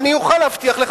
אני אוכל להבטיח לך,